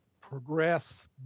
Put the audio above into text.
progress